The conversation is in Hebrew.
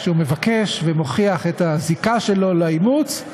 כשהוא מבקש ומוכיח את הזיקה שלו לאימוץ,